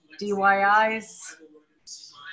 DYI's